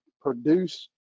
produce